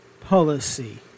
policy